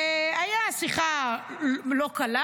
והייתה שיחה לא קלה.